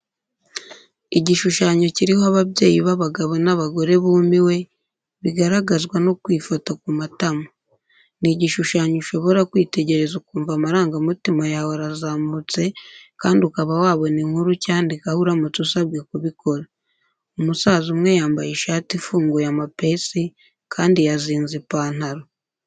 Igishushanyo kiriho ababyeyi b'abagabo n'abagore bumiwe, bigaragazwa no kwifata ku matama. N i igishushanyo ushobora kwitegereza ukumva amarangamutima yawe arazamutse kandi ukaba wabona inkuru ucyandikaho uramutse usabwe kubikora. Umusaza umwe yambaye ishati ifunguye amapesi kandi yazinze ipantaro.